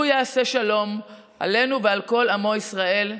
הוא יעשה שלום עלינו ועל כל עמו ישראל,